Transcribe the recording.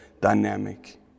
dynamic